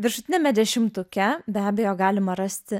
viršutiniame dešimtuke be abejo galima rasti